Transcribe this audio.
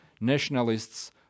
nationalists